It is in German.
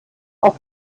auf